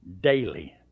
daily